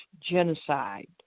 genocide